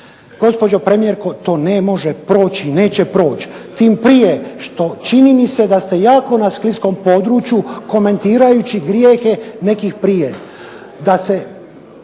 Gospođo premijerko to ne može proći i neće proći tim prije što čini mi se da ste jako na skliskom području komentirajući grijehe nekih prije